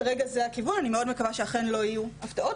כרגע זה הכיוון ואני מאוד מקווה שאכן לא יהיו הפתעות.